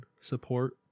support